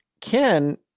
Ken